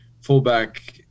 fullback